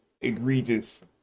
egregious